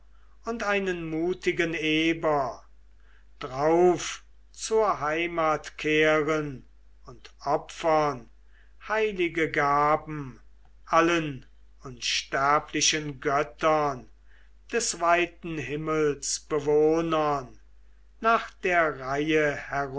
und einen mutigen eber drauf zur heimat kehren und opfern heilige gaben allen unsterblichen göttern des weiten himmels bewohnern nach der reihe